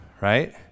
right